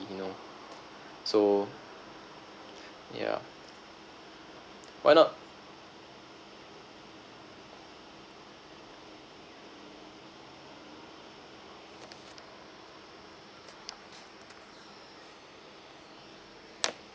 you know so yeah why not